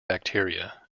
bacteria